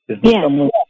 Yes